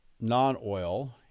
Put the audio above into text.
non-oil